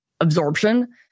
absorption